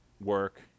work